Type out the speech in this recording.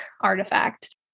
artifact